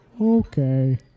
Okay